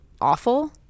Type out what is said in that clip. awful